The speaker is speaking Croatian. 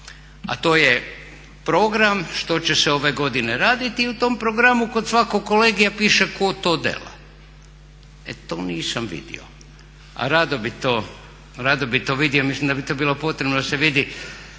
a to je program što će se ove godine raditi i u tom programu kod svakog kolegija piše ko to dela, e to nisam vidio. Radio bi to vidio, mislim da bi to bilo potrebno da se to vidi